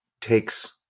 takes